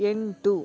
ಎಂಟು